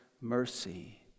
mercy